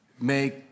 make